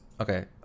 Okay